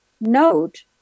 note